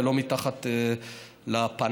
ולא מתחת לפנס.